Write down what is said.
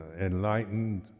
enlightened